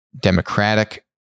democratic